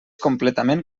completament